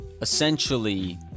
Essentially